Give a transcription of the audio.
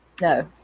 no